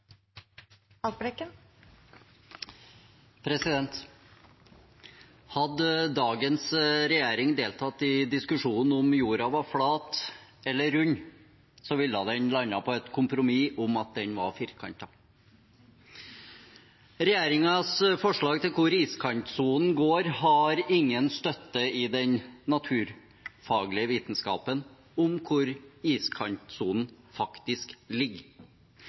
disse havområdene. Hadde dagens regjering deltatt i diskusjonen om hvorvidt jorden var flat eller rund, ville den landet på et kompromiss om at den var firkantet. Regjeringens forslag til hvor iskantsonen går, har ingen støtte i den naturfaglige vitenskapen om hvor iskantsonen faktisk